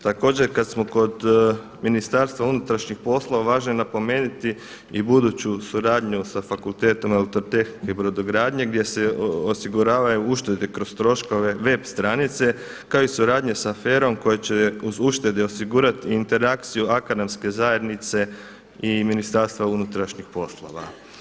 Također kad smo kod Ministarstva unutrašnjih poslova važno je napomenuti i buduću suradnju sa Fakultetom elektrotehnike i brodogradnje gdje se osiguravaju uštede kroz troškove web stranice kao i suradnje sa FER-om koje će kroz uštede osigurati interakciju akademske zajednice i Ministarstva unutrašnjih poslova.